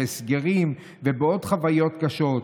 בהסגרים ובעוד חוויות קשות,